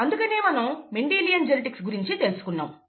అందుకనే మనం Mendelian genetics గురించి తెలుసుకున్నాము